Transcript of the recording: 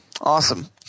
Awesome